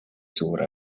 suur